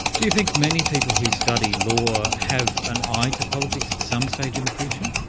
do you think many people who study law have an eye to politics at some stage in the future?